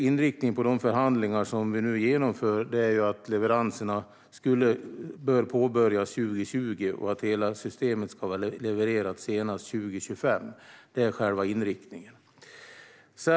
Inriktningen på de förhandlingar som vi nu genomför är att leveranserna bör påbörjas 2020 och att hela systemet ska vara levererat senast 2025. Detta är själva inriktningen.